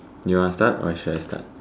you want to start or should I start